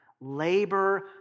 labor